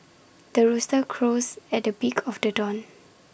the rooster crows at the break of the dawn